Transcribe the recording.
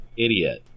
Idiot